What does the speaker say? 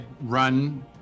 run